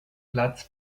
platz